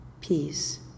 Peace